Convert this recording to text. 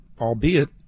Albeit